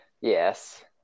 Yes